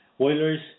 Oilers